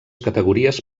categories